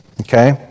okay